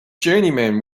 journeyman